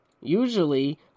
Usually